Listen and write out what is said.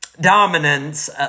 dominance